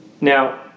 Now